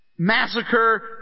Massacre